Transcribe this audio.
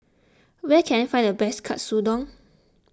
where can I find the best Katsudon